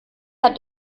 hat